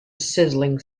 sizzling